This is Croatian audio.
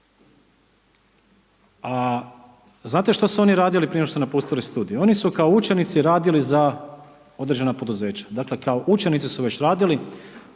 znate što su oni radili prije nego što su napusti studij? Oni su kao učenici radili za određena poduzeća. Dakle, kao učenici su već radili,